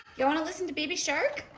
you want to listen to baby shark?